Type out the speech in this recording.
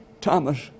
Thomas